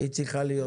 היא צריכה להיות כאן.